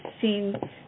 seen